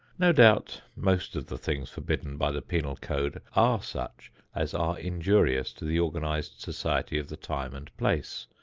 no doubt most of the things forbidden by the penal code are such as are injurious to the organized society of the time and place,